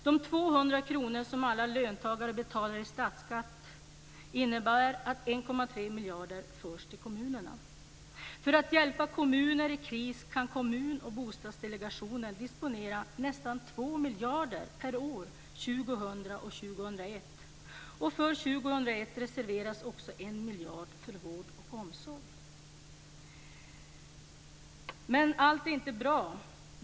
De 200 kronor som alla löntagare betalar i statsskatt innebär att 1,3 miljarder förs till kommunerna. För att hjälpa kommuner i kris kan Kommundelegationen och Bostadsdelegationen disponera nästan 2 miljarder per år 2000 och 2001. För 2001 reserveras också en miljard för vård och omsorg. Men allt är inte bra.